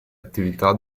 attività